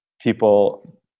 people